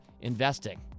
investing